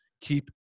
keep